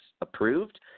approved